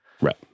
Right